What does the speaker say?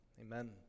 amen